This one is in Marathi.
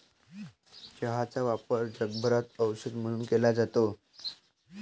चहाचा वापर जगभरात औषध म्हणून केला जातो